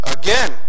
Again